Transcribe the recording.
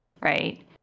Right